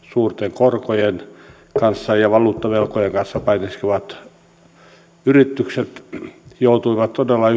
suurten korkojen ja valuuttavelkojen kanssa painiskelevat yritykset joutuivat todella